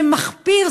זה מחפיר,